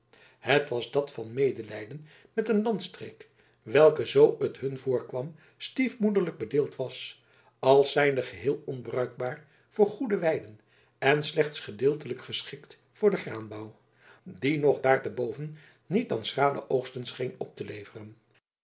het was dat van medelijden met een landstreek welke zoo t hun voorkwam stiefmoederlijk bedeeld was als zijnde geheel onbruikbaar voor goede weiden en slechts gedeeltelijk geschikt voor den graanbouw die nog daar te boven niet dan schrale oogsten scheen op te leveren